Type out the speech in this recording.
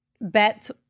bets